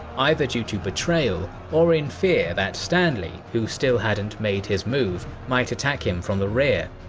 either due to betrayal or in fear that stanley, who still hadn't made his move, might attack him from the rear.